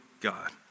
God